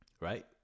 Right